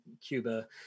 Cuba